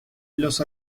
los